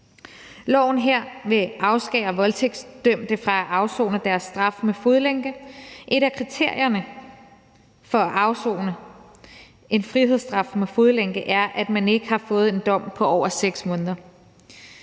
her vil afskære voldtægtsdømte fra at afsone deres straf med fodlænke. Et af kriterierne for at afsone en frihedsstraf med fodlænke er, at man ikke har fået en dom på over 6 måneder.